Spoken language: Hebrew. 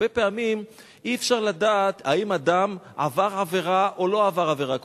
הרבה פעמים אי-אפשר לדעת אם אדם עבר עבירה או לא עבר עבירה,